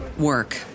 work